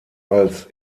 als